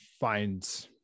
find